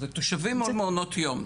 זה תושבים מול מעונות יום.